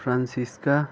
Francisca